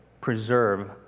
preserve